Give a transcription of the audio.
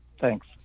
Thanks